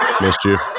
mischief